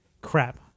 crap